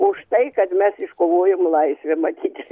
už tai kad mes iškovojom laisvę matyt